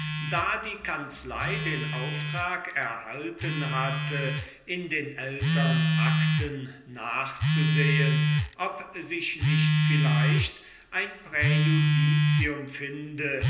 da die kanzlei den auftrag erhalten hatte in den ältern acten nachzusehen ob sich nicht vielleicht ein präjudicium finde